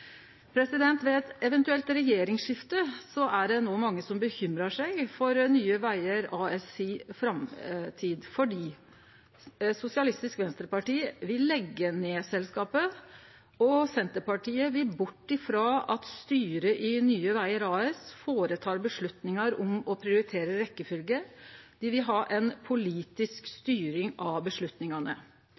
Ved eit eventuelt regjeringsskifte er det no mange som bekymrar seg for framtida til Nye Vegar AS, for Sosialistisk Venstreparti vil leggje ned selskapet, og Senterpartiet vil gå bort frå at styret i Nye Vegar AS tek avgjerder om å prioritere rekkefylgja. Dei vil ha ei politisk styring av